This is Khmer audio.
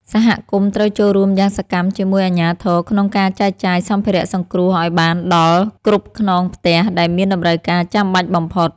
សហគមន៍ត្រូវចូលរួមយ៉ាងសកម្មជាមួយអាជ្ញាធរក្នុងការចែកចាយសម្ភារៈសង្គ្រោះឱ្យបានដល់គ្រប់ខ្នងផ្ទះដែលមានតម្រូវការចាំបាច់បំផុត។